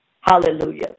Hallelujah